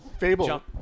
Fable